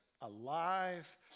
alive